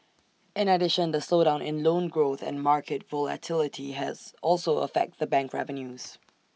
in addition the slowdown in loan growth and market volatility has also affect the bank revenues